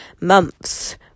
months